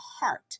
heart